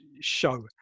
show